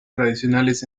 tradicionales